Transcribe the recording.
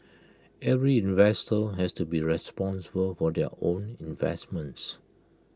every investor has to be responsible for their own investments